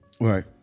right